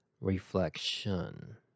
reflection